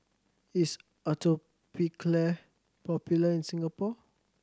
is Atopiclair popular in Singapore